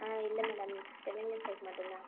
ஆ இல்லை madam spelling mistake மட்டும்தான்